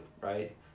right